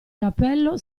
cappello